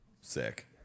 Sick